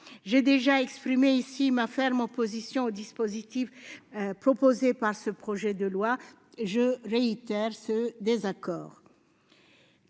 J'ai déjà exprimé ici ma ferme opposition aux dispositifs proposés dans ce projet de loi. Je réaffirme ce désaccord.